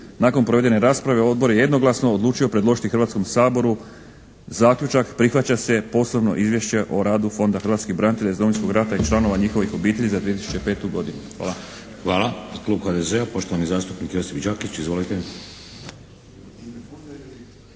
Nakon provedene rasprave Odbor je jednoglasno odlučio predložiti Hrvatskom saboru zaključak prihvaća se poslovno izvješće o radu Fonda hrvatskih branitelja iz Domovinskog rata i članova njihovih obitelji za 2005. godinu. Hvala. **Šeks, Vladimir (HDZ)** Hvala. Klub HDZ-a, poštovani zastupnik Josip Đakić. Izvolite.